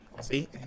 See